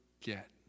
get